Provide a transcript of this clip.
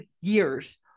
years